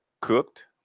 cooked